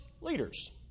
leaders